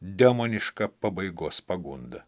demoniška pabaigos pagunda